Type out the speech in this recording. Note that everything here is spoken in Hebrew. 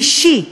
אישי,